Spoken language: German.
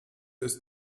ist